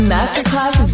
Masterclass